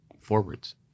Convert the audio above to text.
forwards